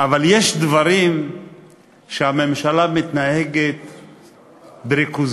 אבל יש דברים שבהם הממשלה מתנהגת בריכוזיות.